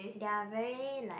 they are very like